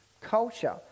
culture